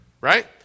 right